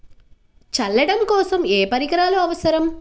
చల్లడం కోసం ఏ పరికరాలు అవసరం?